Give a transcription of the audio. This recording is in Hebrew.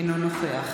אינו נוכח